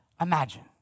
imagine